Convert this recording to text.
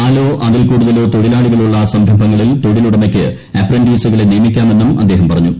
നാലോ അതിൽ കൂടുതലോ തൊഴിലാളികൾ ഉള്ള സംരംഭങ്ങളിൽ ക്രെട്ടിലുടമയ്ക്ക് അപ്രന്റീസുകളെ നിയമിക്കാമെന്നും അദ്ദേഹം പറഞ്ഞു